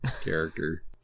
character